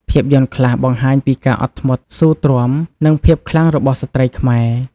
ភាពយន្តខ្លះបង្ហាញពីការអត់ធ្មត់ស៊ូទ្រាំ និងភាពខ្លាំងរបស់ស្ត្រីខ្មែរ។